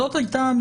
זאת הייתה האמירה.